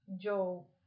Joe